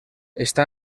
està